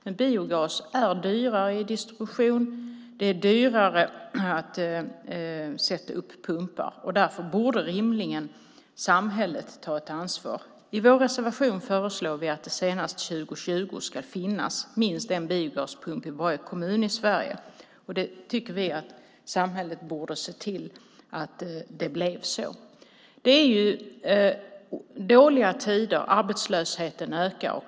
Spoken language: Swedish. Men biogas är dyrare i distribution. Det är dyrare att sätta upp pumpar. Därför borde rimligen samhället ta ett ansvar. I vår reservation säger vi att det senast år 2020 ska finnas minst en biogaspump i varje kommun i Sverige. Samhället borde se till att det blev så. Det är dåliga tider, och arbetslösheten ökar.